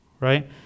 right